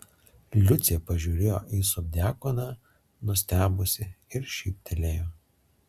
liucė pažiūrėjo į subdiakoną nustebusi ir šyptelėjo